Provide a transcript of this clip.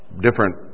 different